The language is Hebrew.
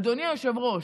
אדוני היושב-ראש,